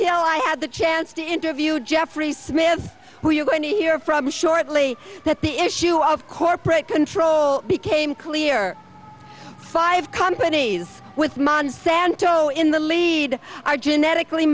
until i had the chance to interview jeffrey smith who you're going to hear from me shortly that the issue of corporate control became clear five companies with monsanto in the lead are genetically